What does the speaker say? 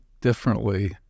differently